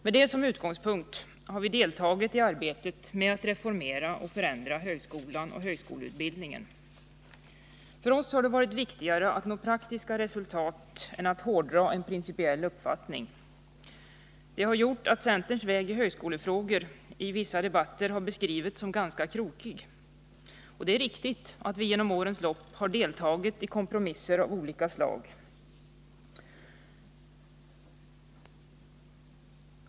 Med det som utgångspunkt har vi deltagit i arbetet med att reformera och förändra högskolan och högskoleutbildningen. För oss har det varit viktigare att nå praktiska resultat än att hårdra en principiell uppfattning. Det har gjort att centerns väg i högskolefrågor i vissa debatter har beskrivits som ganska krokig — det är riktigt att vi genom årens lopp har deltagit i kompromisser av olika slag.